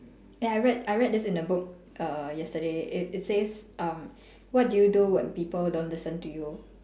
eh I read I read this in a book err yesterday it it says uh what do you do when people don't listen to you